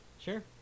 sure